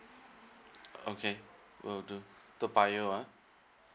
okay will do toa payoh ah